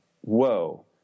whoa